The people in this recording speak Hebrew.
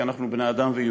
כי אנחנו בני-אדם ויהודים.